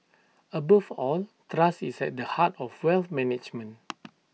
above all trust is at the heart of wealth management